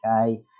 Okay